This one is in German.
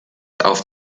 auf